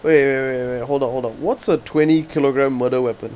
wait wait wait wait hold on hold on what's a twenty kilogram murder weapon